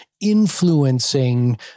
influencing